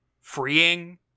freeing